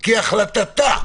כהחלטתה,